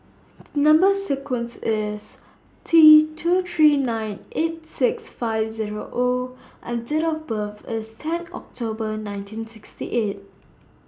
Number sequence IS T two three nine eight six five Zero O and Date of birth IS ten October nineteen sixty eight